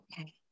Okay